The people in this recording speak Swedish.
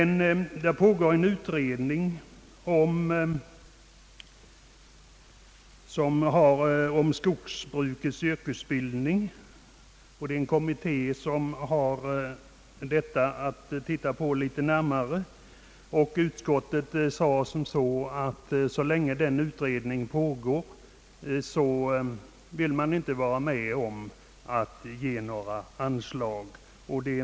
Nu pågår emellertid en utredning om skogsbrukets yrkesutbildning, och så länge den arbetar vill utskottet inte tillstyrka något anslag.